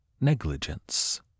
negligence